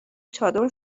چادر